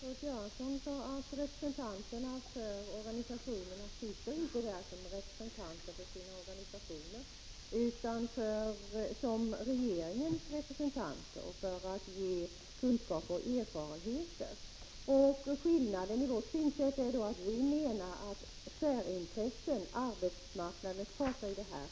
Herr talman! Statsrådet Göransson sade att representanterna för organisationerna inte sitter där som representanter för sina organisationer utan som representanter för regeringen och för att tillföra länsskolnämnderna kunskaper och erfarenheter.